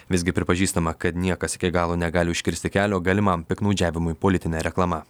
visgi pripažįstama kad niekas iki galo negali užkirsti kelio galimam piktnaudžiavimui politine reklama